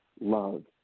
love